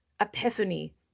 epiphany